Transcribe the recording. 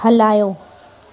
हलायो